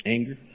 Anger